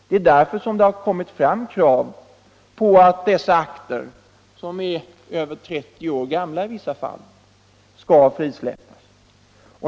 Det är också därför som det har framställts krav på att dessa akter, som i vissa fall är över 30 år gamla, skall frisläppas.